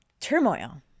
turmoil